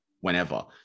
whenever